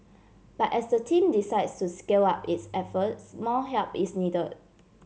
but as the team decides to scale up its efforts more help is need